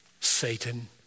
Satan